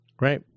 right